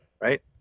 right